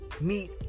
meet